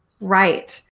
right